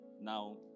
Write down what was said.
now